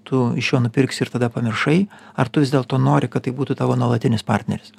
tu iš jo nupirksi ir tada pamiršai ar tu vis dėlto nori kad tai būtų tavo nuolatinis partneris